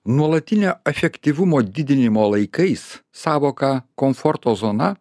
nuolatinio efektyvumo didinimo laikais sąvoka komforto zona